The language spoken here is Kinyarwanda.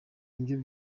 nibyo